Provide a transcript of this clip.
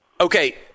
Okay